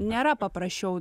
nėra paprasčiau